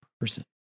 person